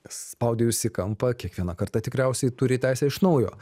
spaudė jus į kampą kiekviena karta tikriausiai turi teisę iš naujo